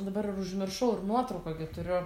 dabar ir užmiršau ir nuotraukoj turiu